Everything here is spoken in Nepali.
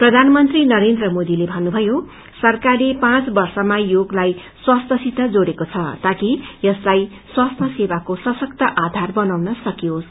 प्रधानमंत्री नरेन्द्र मोदीले भन्नुभयो सरकारले पाँच वर्षमा योगलाई स्वास्थ्यसित जोडेक्रो छ ताकि यसलाई स्वास्थ्य सेवाको सशक्त आधार बनाउन सकियोस